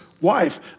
wife